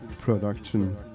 production